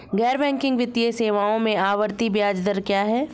गैर बैंकिंग वित्तीय सेवाओं में आवर्ती ब्याज दर क्या है?